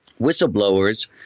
whistleblowers